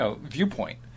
viewpoint